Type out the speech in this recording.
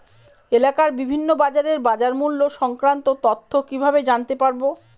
এলাকার বিভিন্ন বাজারের বাজারমূল্য সংক্রান্ত তথ্য কিভাবে জানতে পারব?